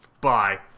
bye